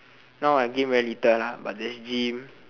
no I game very little lah but then gym